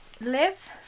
live